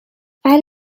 ولی